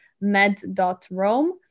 med.rome